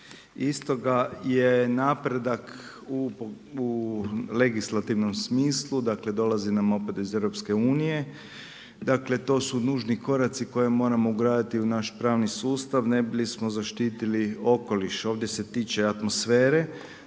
istoga je napredak u legislativnom smislu, dakle, dolazi nam opet iz EU, to su nužni koraci koje moramo ugraditi u naš pravni sustav, ne bi li smo zaštitili okoliš. Ovdje se tiče atmosfere,